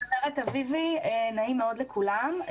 שמי צמרת אביבי, נעים מאוד לכולם.